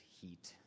heat